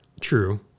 True